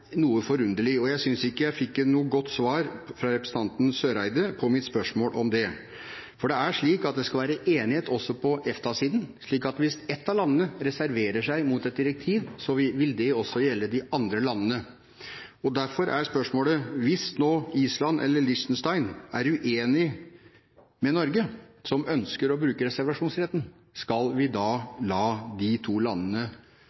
noe forunderlig, og jeg synes ikke jeg fikk noe godt svar fra representanten Eriksen Søreide på mitt spørsmål om det. For det skal være enighet også på EFTA-siden, slik at hvis ett av landene reserverer seg mot et direktiv, vil det også gjelde de andre landene. Derfor er spørsmålet: Hvis Island eller Liechtenstein er uenige med Norge, som ønsker å bruke reservasjonsretten av hensyn til våre nasjonale interesser, skal vi da la de to landene